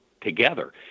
together